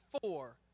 four